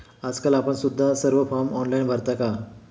आजकाल आपण सुद्धा सर्व फॉर्म ऑनलाइन भरता का?